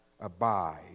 abide